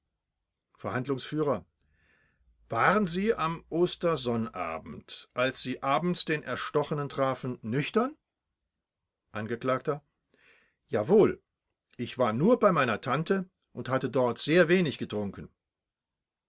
verhandlungsf waren sie am ostersonnabend als sie abends den erstochenen trafen nüchtern angekl jawohl ich war nur bei meiner tante und hatte dort sehr wenig getrunken